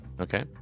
Okay